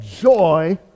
joy